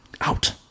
Out